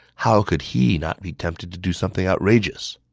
how could he not be tempted to do something outrageous?